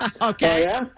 Okay